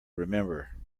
remember